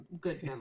good